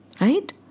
right